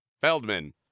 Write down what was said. Feldman